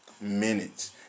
minutes